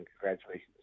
congratulations